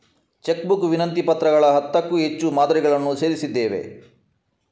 check book ವಿನಂತಿ ಪತ್ರಗಳ ಹತ್ತಕ್ಕೂ ಹೆಚ್ಚು ಮಾದರಿಗಳನ್ನು ಸೇರಿಸಿದ್ದೇವೆ